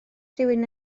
rhywun